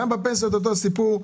גם בפנסיות אותו הסיפור,